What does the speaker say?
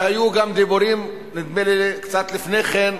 והיו גם דיבורים, נדמה לי קצת לפני כן,